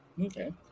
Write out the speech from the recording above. Okay